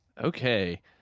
Okay